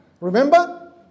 Remember